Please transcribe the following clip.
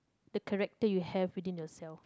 the character you have within yourself